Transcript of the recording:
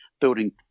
building